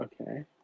Okay